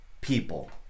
people